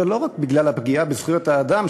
ולא רק בגלל הפגיעה בזכויות האדם,